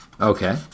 Okay